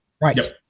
Right